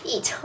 Eat